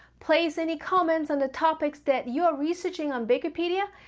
place any comments on the topics that you're researching on bakerpedia,